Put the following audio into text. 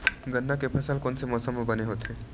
गन्ना के फसल कोन से मौसम म बने होथे?